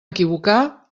equivocar